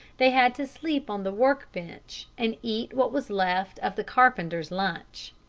they had to sleep on the work-bench and eat what was left of the carpenter's lunch.